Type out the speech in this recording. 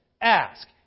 ask